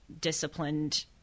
disciplined